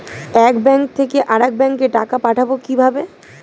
এক ব্যাংক থেকে আরেক ব্যাংকে টাকা পাঠাবো কিভাবে?